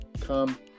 come